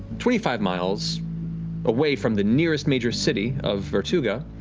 twenty five miles away from the nearest major city of vertuga,